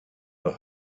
the